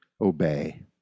obey